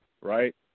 right